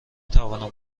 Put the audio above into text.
توانم